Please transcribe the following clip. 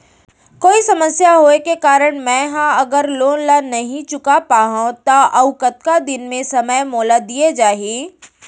कोई समस्या होये के कारण मैं हा अगर लोन ला नही चुका पाहव त अऊ कतका दिन में समय मोल दीये जाही?